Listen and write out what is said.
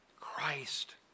Christ